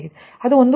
ಆದ್ದರಿಂದ ಅದು 1